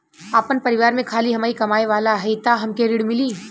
आपन परिवार में खाली हमहीं कमाये वाला हई तह हमके ऋण मिली?